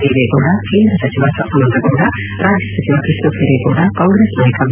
ದೇವೇಗೌಡ ಕೇಂದ್ರ ಸಚಿವ ಸದಾನಂದ ಗೌಡ ರಾಜ್ಯ ಸಚಿವ ಕೃಷ್ಣ ಬ್ಟೆರೇಗೌಡ ಕಾಂಗ್ರೆಸ್ ನಾಯಕ ಬಿ